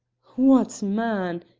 what, man!